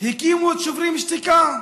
הקימו את שוברים שתיקה.